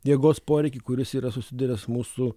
jėgos poreikį kuris yra susiduria su mūsų